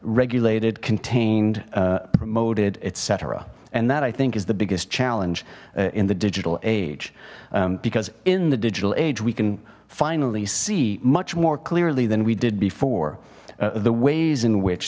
regulated contained promoted etc and that i think is the biggest challenge in the digital age because in the digital age we can finally see much more clearly than we did before the ways in which